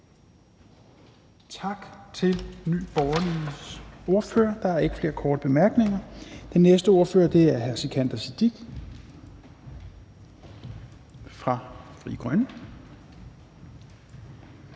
Tak til Nye Borgerliges ordfører. Der er ikke flere korte bemærkninger. Den næste ordfører er hr. Sikandar Siddique fra Frie Grønne.